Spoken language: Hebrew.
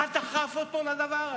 מה דחף אותו לדבר הזה,